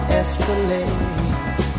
escalate